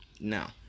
now